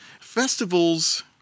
Festivals